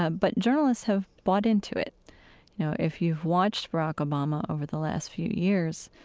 ah but journalists have bought into it. you know, if you've watched barack obama over the last few years,